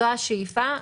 זו השאיפה.